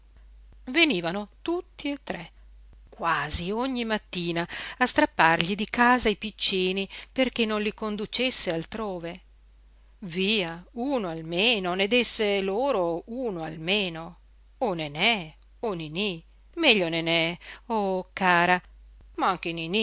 venivano tutti e tre quasi ogni mattina a strappargli di casa i piccini perché non li conducesse altrove via uno almeno ne desse loro uno almeno o nenè o niní meglio nenè oh cara ma anche